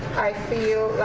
i feel